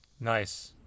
Nice